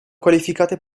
qualificate